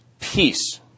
peace